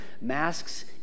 Masks